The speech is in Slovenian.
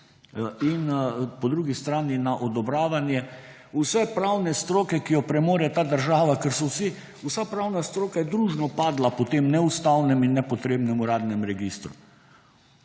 in po drugi strani na odobravanje vse pravne stroke, ki jo premore ta država, ker je vsa pravna stroka družno padla po tem neustavnem in nepotrebnem uradnem registru